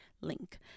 link